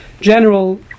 general